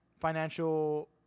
financial